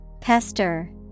Pester